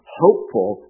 hopeful